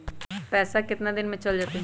पैसा कितना दिन में चल जतई?